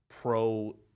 pro